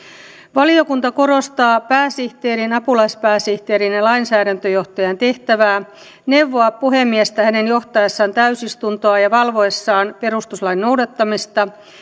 valiokunta korostaa pääsihteerin apulaispääsihteerin ja lainsäädäntöjohtajan tehtävää neuvoa puhemiestä hänen johtaessaan täysistuntoa ja valvoessaan perustuslain noudattamista